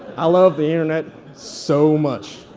i love the internet so much.